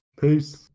Peace